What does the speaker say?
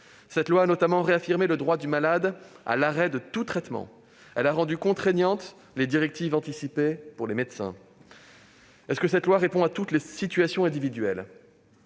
Elle a notamment réaffirmé le droit du malade à l'arrêt de tout traitement. Elle a rendu contraignantes les directives anticipées pour les médecins. Répond-elle pour autant à toutes les situations individuelles ?